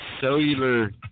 cellular